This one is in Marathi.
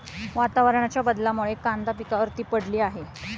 वातावरणाच्या बदलामुळे कांदा पिकावर ती पडली आहे